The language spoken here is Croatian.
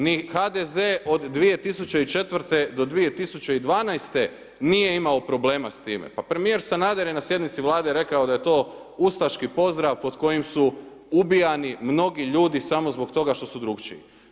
Ni HDZ od 2004. do 2012. nije imao problema s time, pa premijer Sanader je na sjednici Vlade rekao da je to ustaški pozdrav pod kojim su ubijani mnogi ljudi samo zbog toga što su drukčiji.